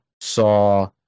saw